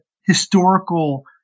historical